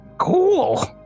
cool